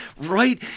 right